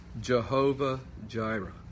Jehovah-Jireh